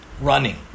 running